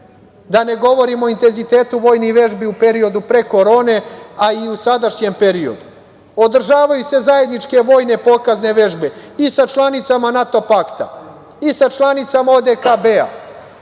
da ne govorimo o intenzitetu vojnih vežbi u periodu pre korone a i u sadašnjem periodu. Održavaju se zajedničke vojne pokazne vežbe i sa članicama NATO pakta i sa članicama ODKB